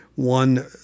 One